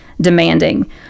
demanding